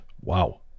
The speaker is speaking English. Wow